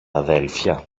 αδέλφια